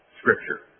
Scripture